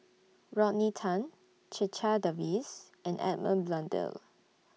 Rodney Tan Checha Davies and Edmund Blundell